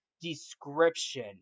description